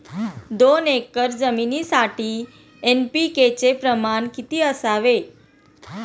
दोन एकर जमिनीसाठी एन.पी.के चे प्रमाण किती असावे?